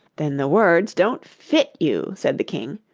then the words don't fit you said the king,